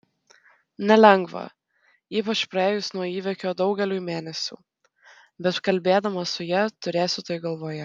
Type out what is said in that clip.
nelengva ypač praėjus nuo įvykio daugeliui mėnesių bet kalbėdamas su ja turėsiu tai galvoje